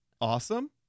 awesome